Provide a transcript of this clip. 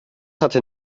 hatte